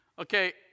okay